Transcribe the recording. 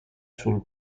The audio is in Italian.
sul